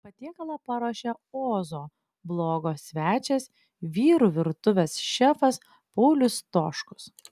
patiekalą paruošė ozo blogo svečias vyrų virtuvės šefas paulius stoškus